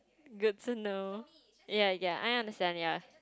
goods and know ya ya I understand ya